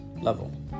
level